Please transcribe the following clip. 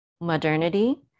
modernity